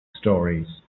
stories